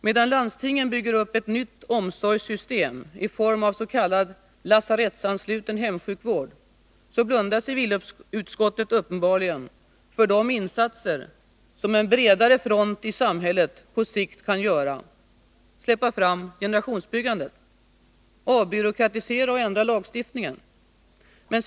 Medan landstingen bygger upp ett nytt omsorgssystem i form av s.k. lasarettsansluten hemsjukvård, blundar civilutskottet uppenbarligen för de insatser som en bredare front i samhället på sikt kan göra för att släppa fram generationsbyggandet samt avbyråkratisera och ändra lagstiftningen.